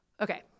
okay